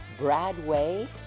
Bradway